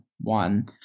one